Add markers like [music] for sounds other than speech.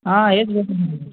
हां हेच [unintelligible]